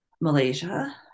Malaysia